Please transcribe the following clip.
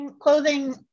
clothing